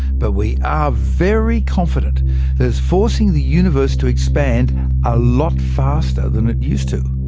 but we are very confident that it's forcing the universe to expand a lot faster than it used to.